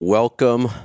Welcome